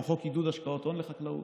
כמו חוק עידוד השקעות הון בחקלאות.